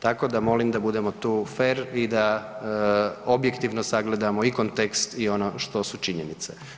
Tako da molim da budemo tu fer i da objektivno sagledamo i kontekst i ono što su činjenice.